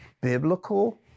biblical